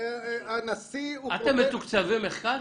אתם מתוקצבי מחקר?